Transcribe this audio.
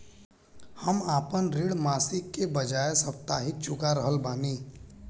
हम आपन ऋण मासिक के बजाय साप्ताहिक चुका रहल बानी